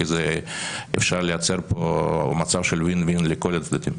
כי אפשר לייצר פה מצב של win-win לכל הצדדים.